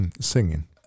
Singing